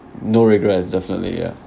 no regrets definitely ya